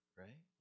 right